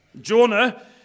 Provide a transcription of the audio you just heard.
Jonah